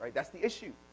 that's the issue.